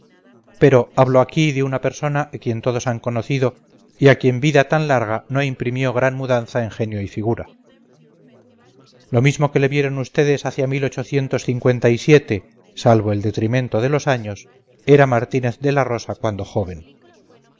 pero hablo aquí de una persona a quien todos han conocido y a quien vida tan larga no imprimió gran mudanza en genio y figura lo mismo que le vieron ustedes hacia salvo el detrimento de los años era martínez de la rosa cuando joven